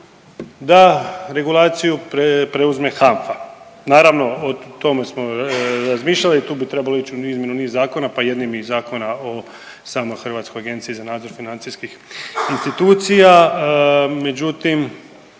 da regulaciju preuzme HANFA. Naravno o tome smo razmišljali, tu bi trebalo ić u izmjenu niz zakona, pa jednim i Zakona o samoj Hrvatskoj agenciji za nadzor financijskih institucija,